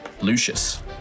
Lucius